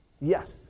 Yes